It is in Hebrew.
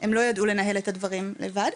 הם לא ידעו לנהל את הדברים לבד,